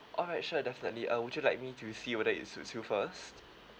alright sure definitely uh would you like me to see whether it suits you first